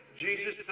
Jesus